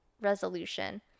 resolution